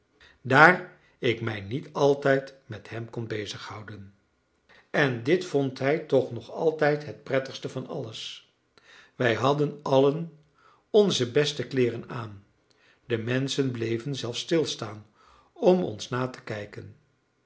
daar ik mij niet altijd met hem kon bezighouden en dit vond hij toch nog altijd het prettigste van alles wij hadden allen onze beste kleeren aan de menschen bleven zelfs stilstaan om ons na te kijken